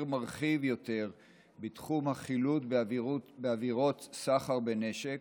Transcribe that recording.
מרחיב יותר בתחום החילוט בעבירות סחר בנשק,